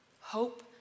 hope